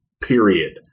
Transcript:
period